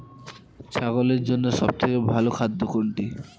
ছাগলের জন্য সব থেকে ভালো খাদ্য কোনটি?